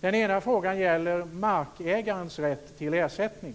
Den ena frågan gäller markägarens rätt till ersättning.